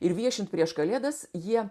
ir viešint prieš kalėdas jie